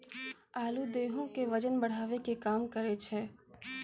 आलू देहो के बजन बढ़ावै के काम करै छै